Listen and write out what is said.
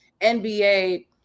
NBA